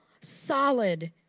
solid